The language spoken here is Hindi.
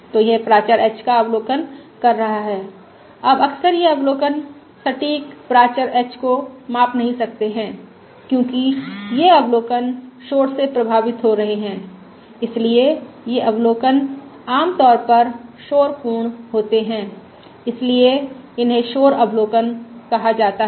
तो यह प्राचर h का अवलोकन कर रहा है अब अक्सर ये अवलोकन सटीक प्राचर h को माप नहीं सकते हैं क्योंकि ये अवलोकन शोर से प्रभावित हो रहे हैं इसलिए ये अवलोकन आमतौर पर शोर पूर्ण होते हैं इसलिए इन्हें शोर अवलोकन कहा जाता है